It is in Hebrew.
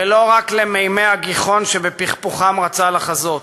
ולא רק למימי הגיחון שבפכפוכם רצה לחזות,